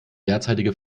derzeitige